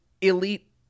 elite